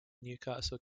newcastle